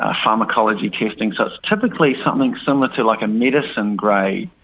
ah pharmacology testing, so it's typically something similar to like a medicine grade.